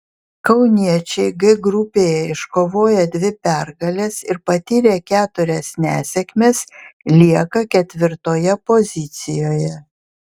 kauniečiai g grupėje iškovoję dvi pergales ir patyrę keturias nesėkmes lieka ketvirtoje pozicijoje